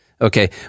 Okay